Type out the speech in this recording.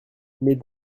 mais